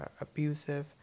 abusive